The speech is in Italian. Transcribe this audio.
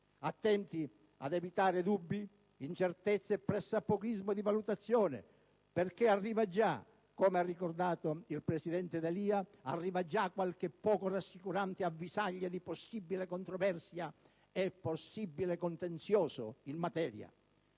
Attenti ad evitare dubbi, incertezze e pressappochismo di valutazione, perché arriva già - come ha ricordato il presidente D'Alia - qualche poco rassicurante avvisaglia di possibile controversia e di possibile contenzioso in materia.